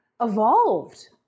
evolved